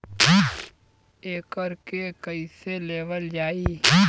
एकरके कईसे लेवल जाला?